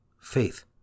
faith